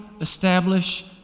establish